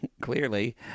clearly